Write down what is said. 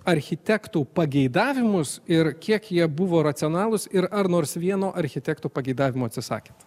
architektų pageidavimus ir kiek jie buvo racionalūs ir ar nors vieno architekto pageidavimų atsisakėt